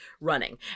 running